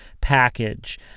package